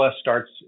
starts